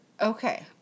Okay